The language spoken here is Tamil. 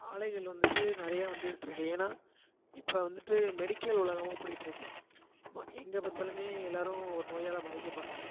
ஆலைகள் வந்துட்டு நிறைய வந்துட்டிருக்கு ஏன்னா இப்போ வந்துட்டு மெடிக்கல் உலகமாக போய்ட்டு இருக்கு எங்கே பார்த்தாலுமே எல்லோரும் நோயால் பாதிக்கப்படுறாங்க